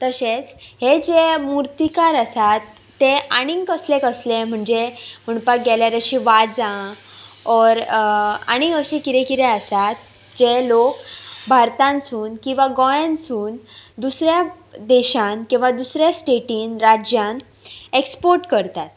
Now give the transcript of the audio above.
तशेंच हे जे मुर्तीकार आसात ते आनीक कसलें कसलें म्हणजे म्हणपाक गेल्यार अशीं वाजां ओर आनीक अशें कितेें कितें आसात जे लोक भारतानसून किंवा गोंयानसून दुसऱ्या देशान किंवा दुसऱ्या स्टेटीन राज्यान ऍक्सपोर्ट करतात